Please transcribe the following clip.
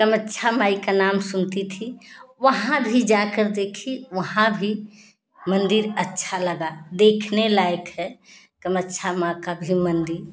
कामाख्या माई का नाम सुनती थी वहाँ भी जाकर देखी वहाँ भी मंदिर अच्छा लगा देखने लायक है कामाख्या माँ का जो मंदिर